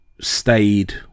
stayed